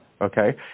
okay